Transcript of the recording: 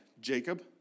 Jacob